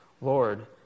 Lord